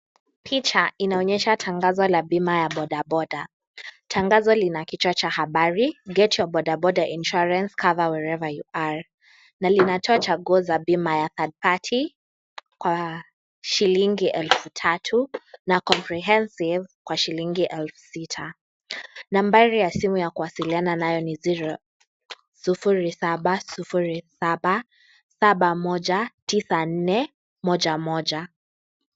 PIcha inaonyesha tangazo la bima ya bodaboda. Tangazo Lina kichwa Cha habari, get your boda Bora insurance cover wherever you are na linatoa Chaguo za bima ya third party kwa shilingi elfu tatu na comprehensive kwa shilingi elfu sita. Nambari ya simu ya kuwasiliana nayo ni 0707719411